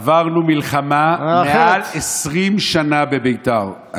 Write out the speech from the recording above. עברנו מלחמה של מעל 20 שנה בביתר.